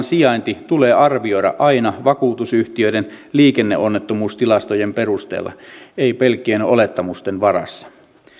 sijainti tulee arvioida aina vakuutusyhtiöiden liikenneonnettomuustilastojen perusteella ei pelkkien olettamusten varassa